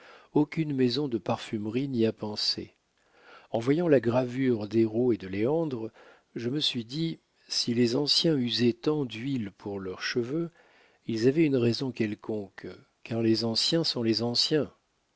aucune maison de parfumerie n'y a pensé en voyant la gravure d'héro et de léandre je me suis dit si les anciens usaient tant d'huile pour leurs cheveux ils avaient une raison quelconque car les anciens sont les anciens